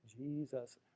Jesus